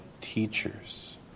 teachers